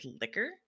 liquor